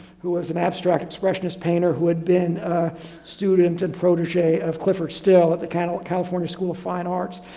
who was an abstract expressionist painter, who had been a student and protege and of clyfford still at the kind of california school of fine arts.